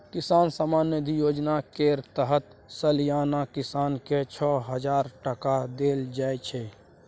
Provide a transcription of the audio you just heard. किसान सम्मान निधि योजना केर तहत सलियाना किसान केँ छअ हजार टका देल जाइ छै